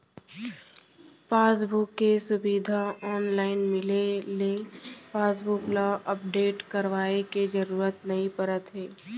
passbook के सुबिधा online मिले ले पासबुक ल अपडेट करवाए के जरूरत नइ परत हे